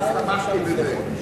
אז תמכתי בזה.